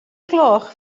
gloch